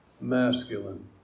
masculine